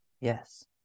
Yes